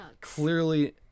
Clearly